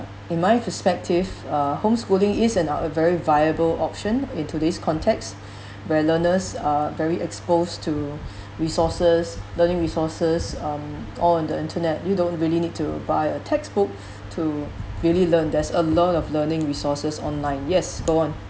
in my perspective uh homeschooling is a now a very viable option in today's context where learners are very exposed to resources learning resources um or the internet you don't really need to buy a textbook to really learn there's a lot of learning resources online yes go on